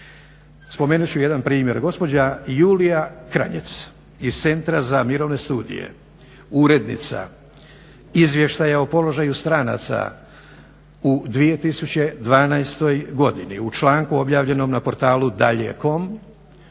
Spomenut ću jedan primjer, gospođa Julija Kranjec iz Centra za mirovne studije, urednica izvještaja o položaju stranaca u 2012. godini u članku objavljenom na portalu dalje.com,